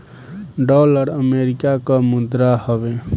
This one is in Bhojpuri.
डॉलर अमेरिका कअ मुद्रा हवे